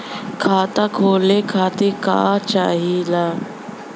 खाता खोले खातीर का चाहे ला?